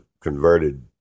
converted